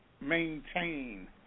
maintain